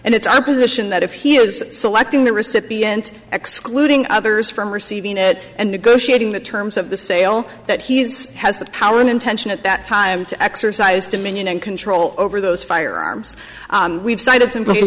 and it's a position that if he is selecting the recipient excluding others from receiving it and negotiating the terms of the sale that he is has the power in intention at that time to exercise dominion and control over those firearms we've cited simply